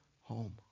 home